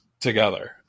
together